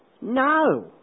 no